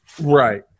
right